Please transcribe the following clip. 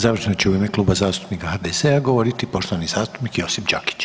Završno će u ime Kluba zastupnika HDZ-a govoriti poštovani zastupnik Josip Đakić.